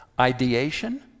ideation